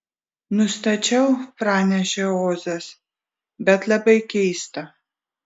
nustačiau pranešė ozas bet labai keista